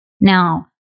Now